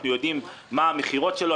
אנחנו יודעים מה המכירות שלו,